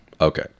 Okay